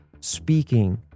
speaking